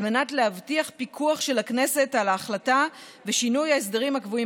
על מנת להבטיח פיקוח של הכנסת על ההחלטה ושינוי ההסדרים הקבועים